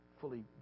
fully